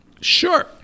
Sure